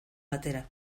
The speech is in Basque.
batera